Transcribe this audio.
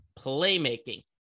Playmaking